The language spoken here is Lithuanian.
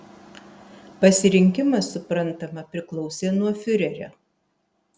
pasirinkimas suprantama priklausė nuo fiurerio